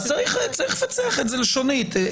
צריך לנסח את זה לשונית.